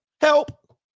help